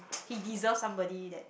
he deserve somebody that